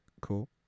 cool